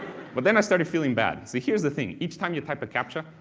but then i started feeling bad, see here is the thing each time you type a captcha,